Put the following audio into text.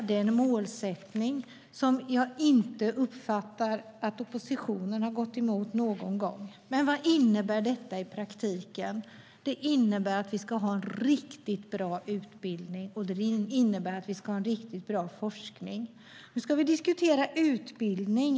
Det är en målsättning som jag inte uppfattar att oppositionen har gått emot någon gång. Men vad innebär detta i praktiken? Det innebär att vi ska ha en riktigt bra utbildning och en riktigt bra forskning. I den här debatten ska vi diskutera utbildning.